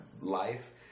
life